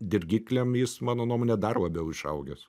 dirgikliam jis mano nuomone dar labiau išaugęs